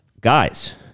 guys